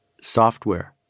software